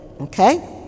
okay